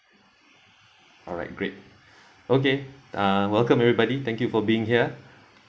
alright great okay uh welcome everybody thank you for being here